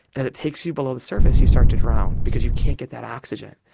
as it takes you below the surface you start to drown because you can't get that oxygen.